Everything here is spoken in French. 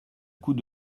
coup